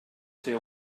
ser